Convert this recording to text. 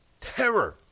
Terror